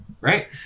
right